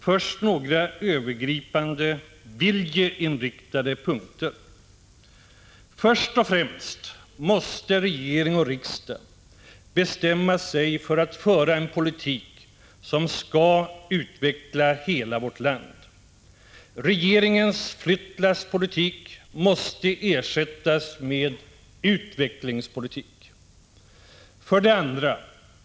Först några övergripande viljeinriktade punkter. 1. Först och främst måste regering och riksdag bestämma sig för att föra en politik som skall utveckla hela vårt land. Regeringens flyttlasspolitik måste ersättas med utvecklingspolitik. 2.